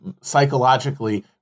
psychologically